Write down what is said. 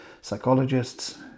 psychologists